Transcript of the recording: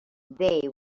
they